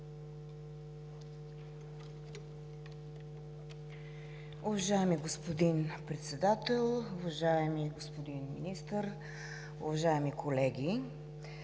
Уважаеми, господин Председател, уважаеми господин Министър, уважаеми колеги!